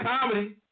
comedy